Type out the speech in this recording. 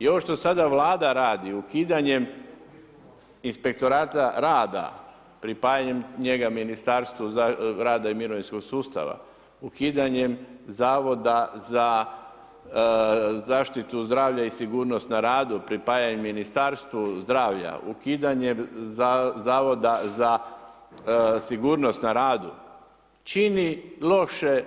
I ovo što sada Vlada radi ukidanjem Inspektorata rada, pripajanjem njega Ministarstvu rada i mirovinskog sustava, ukidanjem Zavoda za zaštitu zdravlja i sigurnost na radu, pripajanjem Ministarstvu zdravlja, ukidanjem Zavoda za sigurnost na radu čini loše